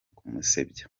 kumusebya